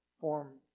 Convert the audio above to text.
form